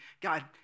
God